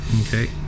Okay